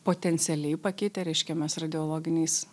potencialiai pakitę reiškia mes radiologiniais